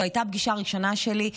זו הייתה פגישה ראשונה שלי.